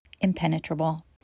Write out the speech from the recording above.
impenetrable